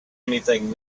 anything